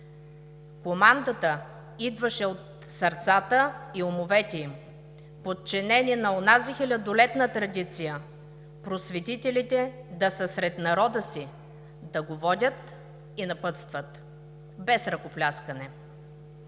Командата идваше от сърцата и умовете им, подчинени на онази хилядолетна традиция – просветителите да са сред народа си, да го водят и напътстват. Без ръкопляскане.